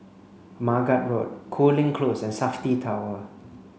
Margate Road Cooling Close and SAFTI Tower